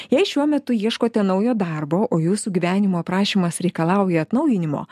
jei šiuo metu ieškote naujo darbo o jūsų gyvenimo aprašymas reikalauja atnaujinimo